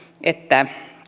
että